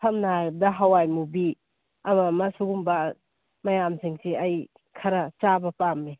ꯁꯝꯅ ꯍꯥꯏꯔꯕꯗ ꯍꯋꯥꯏ ꯃꯨꯕꯤ ꯑꯃ ꯑꯃ ꯁꯤꯒꯨꯝꯕ ꯃꯌꯥꯝꯁꯤꯡꯁꯤ ꯑꯩ ꯈꯔ ꯆꯥꯕ ꯄꯥꯝꯃꯤ